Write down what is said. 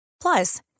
Plus